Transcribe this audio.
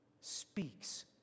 speaks